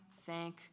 thank